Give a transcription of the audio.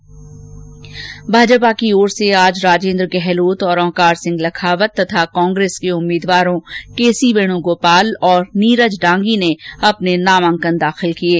आज भाजपा की ओर से राजेंद्र गहलोत और ओंकार सिंह लखावत तथा कांग्रेस के उम्मीदवारों केसी वेणुगोपाल और नीरज डांगी ने अपने नामांकन दाखिल किये